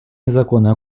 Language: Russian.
незаконной